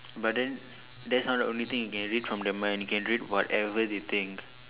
but then there's not the only thing you can read from the mind you can read whatever they think